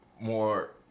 more